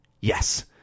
yes